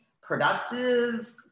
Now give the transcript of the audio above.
productive